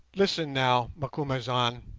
listen now, macumazahn,